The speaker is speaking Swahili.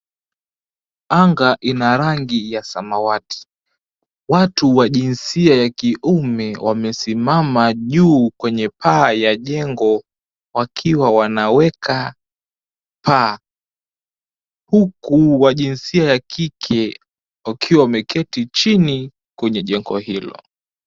Anga ina rangi ya samawati. Watu wa jinsia ya kiume wamesimama juu kwenye paa ya jengo wakiwa wanaweka paa. Huku wa jinsia la kike wakiwa wameketi chini kwenye jengo hilo.